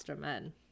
men